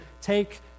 take